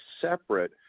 separate